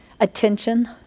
attention